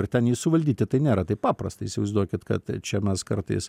ir ten jį suvaldyti tai nėra taip paprasta įsivaizduokit kad čia mes kartais